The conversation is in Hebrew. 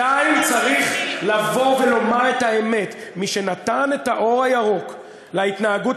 עדיין צריך לומר את האמת: מי שנתן את האור הירוק להתנהגות